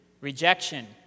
rejection